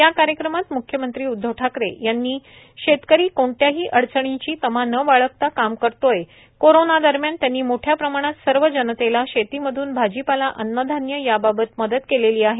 या कार्यक्रमात म्ख्यमंत्री उदधव ठाकरे यांनी शेतकरी कोणत्याही अडचणींची तमा न बाळगता काम करतोय कोरोना दरम्यान त्यांनी मोठ्या प्रमाणात सर्व जनतेला शेतीमध्न भाजीपाला अन्नधान्य या बाबत मदत केलेली आहे